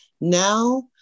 now